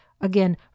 again